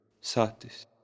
Satis